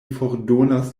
fordonas